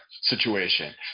situation